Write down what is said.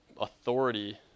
authority